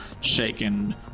shaken